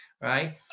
right